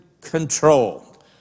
control